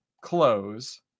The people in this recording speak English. close